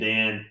Dan